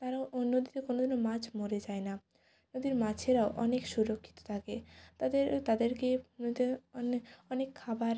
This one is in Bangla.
তারাও ওই নদীতে কোনোদিনও মাছ মরে যায় না নদীর মাছেরাও অনেক সুরক্ষিত থাকে তাদের তাদেরকে নদীতে অনে অনেক খাবার